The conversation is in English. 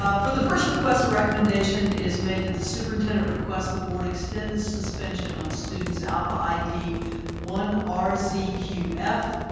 ah for the first request a recommendation is made that the superintendent request the board extend the suspension on students alpha id one r z q f,